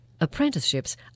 Apprenticeships